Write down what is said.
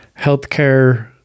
healthcare